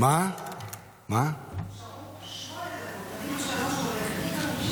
נשארו שמונה דקות --- אני הולכת